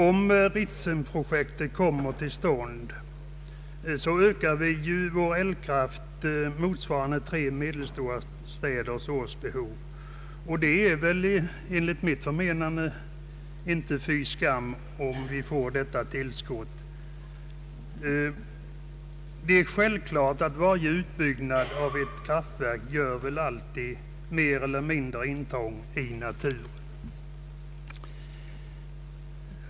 Om Ritsemprojektet kommer till stånd ökar vi tillgången på elkraft med vad som motsvarar tre medelstora städers årsbehov. Det är enligt mitt förmenande inte fy skam att få ett sådant tillskott. Det är självklart att varje utbyggnad av ett kraftverk mer eller mindre gör intrång i naturen.